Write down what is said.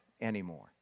anymore